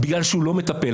בגלל שהוא לא מטפל.